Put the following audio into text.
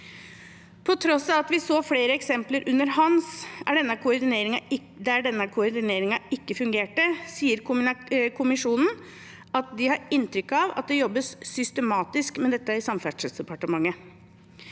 På tross av at vi under «Hans» så flere eksempler der denne koordineringen ikke fungerte, sier kommisjonen at de har inntrykk av at det jobbes systematisk med dette i Samferdselsdepartementet.